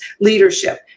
leadership